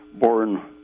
born